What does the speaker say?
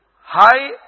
High